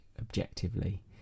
objectively